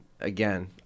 again